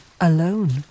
alone